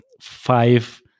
five